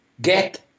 get